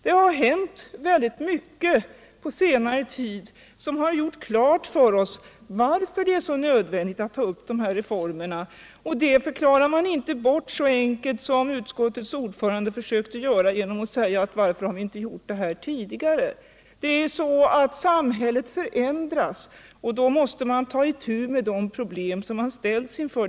Under den senaste tiden har mycket hänt som gjort klart för oss varför det är så nödvändigt att ta upp de här frågorna. Man förklarar inte bort det så enkelt som utskottets ordförande försökte göra genom att fråga varför vi inte gjort det här tidigare. Samhället förändras och då måste man ta itu med de problem som man ställs inför.